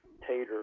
Tater